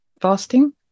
fasting